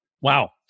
Wow